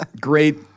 great